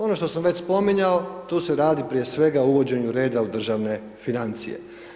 Ono što sam već spominjao, tu se radi prije svega o uvođenju reda u državne financije.